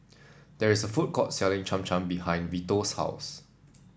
there is a food court selling Cham Cham behind Vito's house